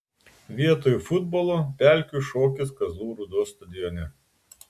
vietoj futbolo pelkių šokis kazlų rūdos stadione